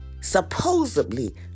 supposedly